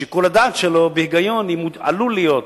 שיקול הדעת שלו, בהיגיון, עלול להיות